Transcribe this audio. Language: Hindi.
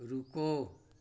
रुको